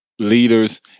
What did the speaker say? leaders